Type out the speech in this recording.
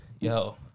yo